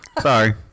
Sorry